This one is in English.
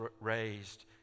raised